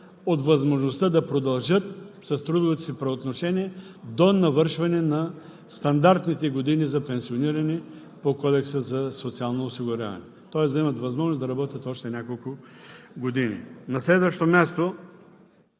от възможността да продължат с трудовите си правоотношения до навършване на стандартните години за пенсиониране по Кодекса за социално осигуряване, тоест да имат възможност да работят още няколко години.